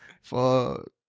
Fuck